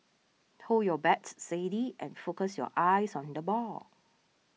hold your bat steady and focus your eyes on the ball